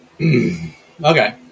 Okay